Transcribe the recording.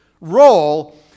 role